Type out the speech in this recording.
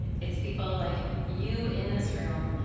it's people like you in this room,